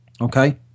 okay